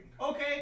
Okay